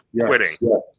quitting